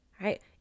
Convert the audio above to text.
right